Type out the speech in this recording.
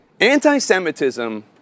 Anti-Semitism